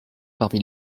parmi